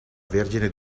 vergine